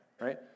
right